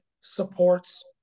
supports